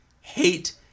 hate